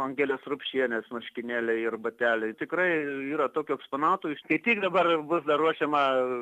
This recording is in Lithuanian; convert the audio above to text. angelės rupšienės marškinėliai ir bateliai tikrai yra tokių eksponatų kiap tik dabar bus dar ruošiama